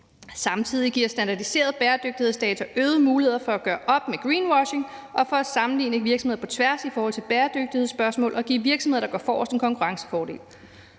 Samtidig giver standardiseret bæredygtighedsdata øgede muligheder for at gøre op med greenwashing, og for at sammenligne virksomheder på tværs ift. bæredygtighedsspørgsmål og give virksomheder, der går forrest, en konkurrencefordel.